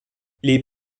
les